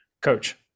Coach